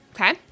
Okay